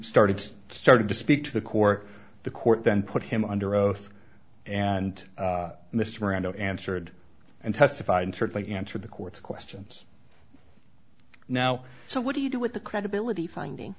started started to speak to the court the court then put him under oath and mr brando answered and testified and certainly answered the court's questions now so what do you do with the credibility finding